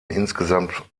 insgesamt